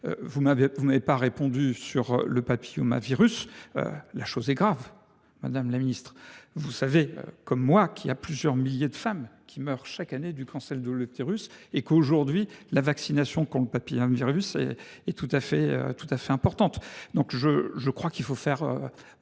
vous ne m’avez pas répondu sur le papillomavirus. La chose est grave, madame la ministre. Vous savez comme moi que plusieurs milliers de femmes meurent chaque année du cancer de l’utérus et qu’aujourd’hui, la vaccination contre le papillomavirus est très importante pour lutter